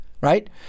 right